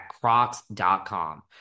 crocs.com